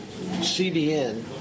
CBN